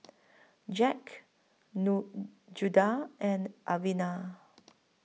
Jacques Judah and Alvena